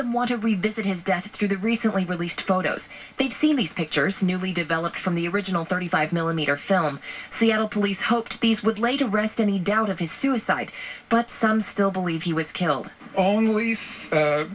them want to revisit his death through the recently released photos they've seen these pictures newly developed from the original thirty five millimeter film police hoped these would lay to rest any doubt of his suicide but some still believe he was killed only